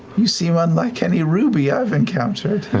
you seem unlike any ruby i've encountered.